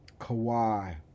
Kawhi